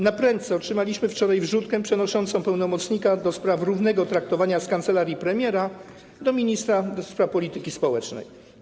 Naprędce otrzymaliśmy wczoraj wrzutkę przenoszącą pełnomocnika do spraw równego traktowania z kancelarii premiera do ministerstwa polityki społecznej.